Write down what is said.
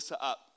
up